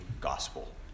gospel